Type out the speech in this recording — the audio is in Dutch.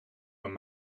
mijn